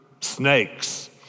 snakes